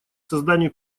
созданию